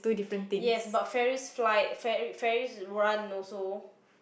yes but ferries fly ferries run also